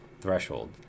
threshold